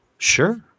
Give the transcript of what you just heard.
Sure